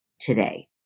today